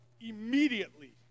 immediately